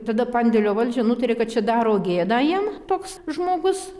tada pandėlio valdžia nutarė kad čia daro gėdą jiem toks žmogus